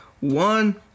one